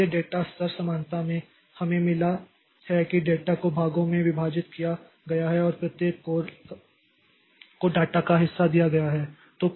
इसलिए डेटा स्तर समानता में हमें मिला है कि डेटा को भागों में विभाजित किया गया है और प्रत्येक कोर को डेटा का हिस्सा दिया गया है